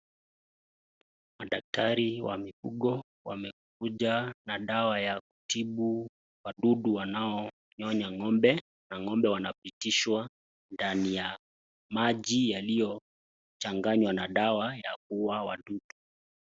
Madaktari wa mifugo wamekuja na dawa ya kutibu wadudu wanaonyonya ng'ombe na ng'ombe wanapitishwa ndani ya maji yaliyochaganywa na dawa ya kuuwa wadudu.